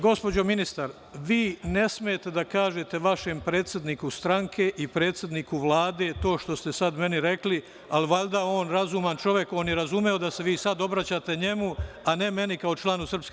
Gospođo ministar, ne smete da kažete vašem predsedniku stranke i predsedniku Vlade to što ste sada meni rekli, ali je valjda on razuman čovek i razumeo je da se sada obraćate njemu, a ne meni kao članu SRS.